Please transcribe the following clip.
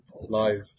Live